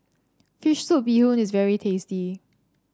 fish soup Bee Hoon is very tasty